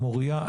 מוריה,